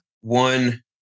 one